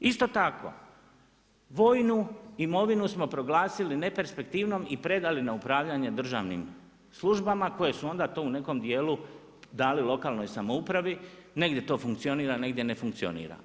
Isto tako, vojnu imovinu smo proglasili neperspektivnom i predali na upravljanje državnim službama koje su onda to u nekom dijelu dali lokalnoj samoupravi, negdje to funkcionira, negdje ne funkcionira.